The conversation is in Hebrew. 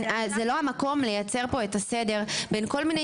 זה לא המקום לייצר פה את הסדר בין כל מיני